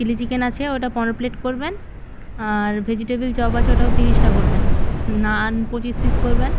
chilli chicken আছে ওটা পনেরো প্লেট করবেন আর ভেজিটেবিল চপ আছে ওটাও তিরিশটা করবেন নান পঁচিশ পিস করবেন